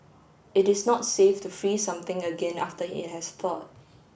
it is not safe to freeze something again after it has thawed